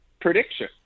prediction